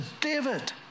David